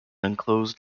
enclosed